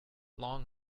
long